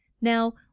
Now